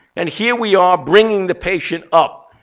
and here we are bringing the patient up.